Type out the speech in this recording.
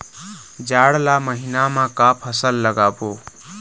जाड़ ला महीना म का फसल लगाबो?